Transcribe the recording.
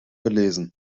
gelesen